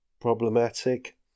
problematic